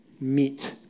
meet